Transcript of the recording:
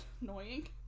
annoying